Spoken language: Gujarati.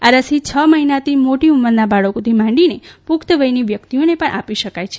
આ રસી છ મહિનાથી મોટી ઉંમરનાં બાળકોથી માંડીને પ્રખ્ય વયની વ્યક્તિઓને પણ આપી શકાય છે